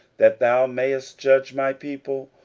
that thou mayest judge my people,